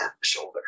shoulder